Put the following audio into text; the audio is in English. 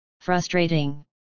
Frustrating